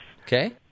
okay